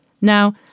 Now